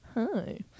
hi